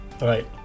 Right